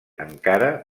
encara